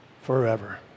forever